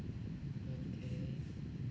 okay